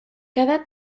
cada